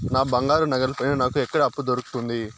నా బంగారు నగల పైన నాకు ఎక్కడ అప్పు దొరుకుతుంది